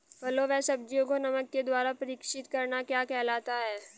फलों व सब्जियों को नमक के द्वारा परीक्षित करना क्या कहलाता है?